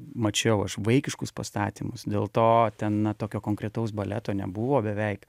mačiau aš vaikiškus pastatymus dėl to ten tokio konkretaus baleto nebuvo beveik